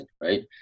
Right